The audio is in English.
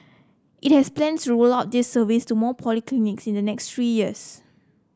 it has plans to roll out this service to more polyclinics in the next three years